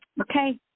Okay